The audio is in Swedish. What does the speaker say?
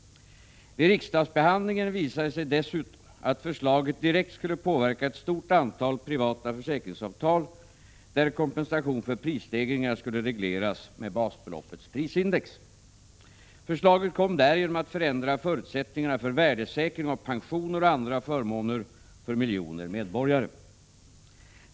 Vid riksdagsbehandlingen visade det sig dessutom att det direkt skulle påverka ett stort antal privata försäkringsavtal, enligt vilka kompensation för prisstegringar skulle regleras med basbeloppets prisindex. Förslaget kom därigenom att förändra förutsättningarna för värdesäkringen av pensioner och andra förmåner för miljoner medborgare.